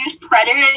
Predator